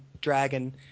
Dragon